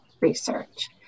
research